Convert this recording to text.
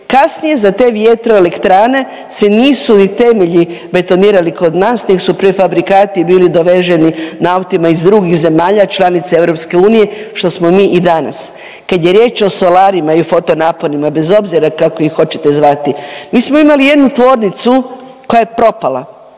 Kasnije za te vjetroelektrane se nisu ni temelji betonirali kod nas neg su prefabrikati bili doveženi na autima iz drugih zemalja članice EU što smo mi i danas. Kad je riječ o solarima i fotonaponima bez obzira kako ih hoćete zvati, mi smo imali jednu tvornicu koja je propala,